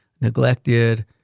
neglected